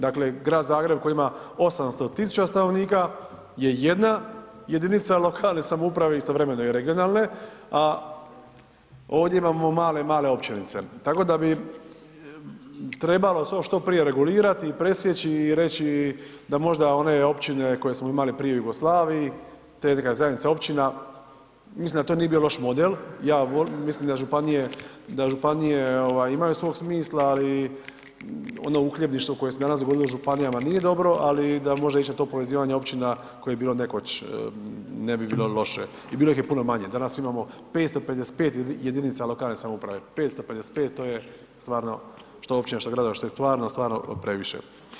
Dakle, Grad Zagreb koji ima 800 000 stanovnika je jedna jedinica lokalne samouprave istovremeno i regionalne, a ovdje imamo male, male općinice, tako da bi trebalo to što prije regulirati i presjeći i reći da možda one općine koje smo imali prije u Jugoslaviji, te neke zajednice općina, mislim da to nije bio loš model, ja, mislim da županije, da županije ovaj imaju svog smisla, ali ono uhljebništvo koje se danas govorilo o županijama nije dobro, ali da može ić na to povezivanje općina koje je bilo nekoć ne bi bilo loše i bilo ih je puno manje, danas imamo 555 jedinica lokalne samouprave, 555 to je stvarno što općina, što gradova, što je stvarno, stvarno previše.